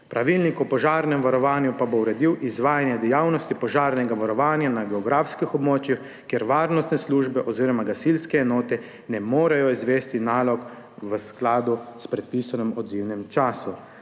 Pravilnik o požarnem varovanju pa bo uredil izvajanje dejavnosti požarnega varovanja na geografskih območjih, kjer varnostne službe oziroma gasilske enote ne morejo izvesti nalog v skladu s predpisanim odzivnim časom.